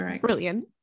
brilliant